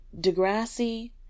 Degrassi